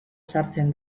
sartzen